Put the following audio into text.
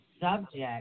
subject